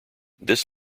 this